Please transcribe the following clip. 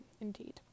indeed